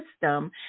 system